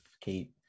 kate